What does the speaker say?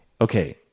okay